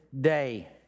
day